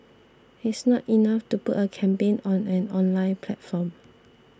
it's not enough to put a campaign on an online platform